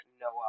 Noah